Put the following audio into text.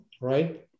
right